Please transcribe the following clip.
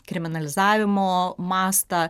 kriminalizavimo mastą